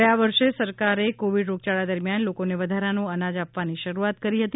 ગયા વર્ષે સરકારે કોવિડ રોગયાળા દરમિયાન લોકોને વધારાનું અનાજ આપવાની શરૂઆત કરી હતી